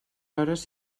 hores